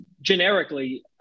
generically